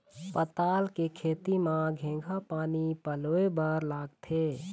पताल के खेती म केघा पानी पलोए बर लागथे?